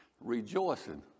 rejoicing